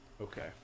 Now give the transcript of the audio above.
Okay